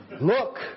Look